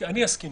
אסכים